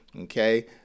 okay